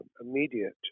immediate